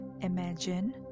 Imagine